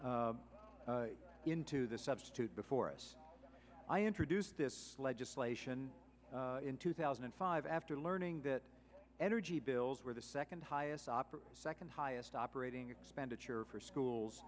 act into the substitute before us i introduced this legislation in two thousand and five after learning that energy bills were the second highest oper second highest operating expenditure for schools